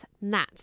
Nat